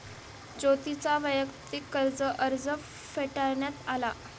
ज्योतीचा वैयक्तिक कर्ज अर्ज फेटाळण्यात आला